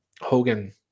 Hogan